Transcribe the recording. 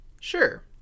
Sure